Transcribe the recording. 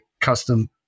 custom